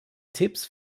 tipps